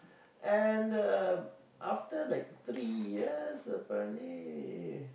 and um after like three years apparently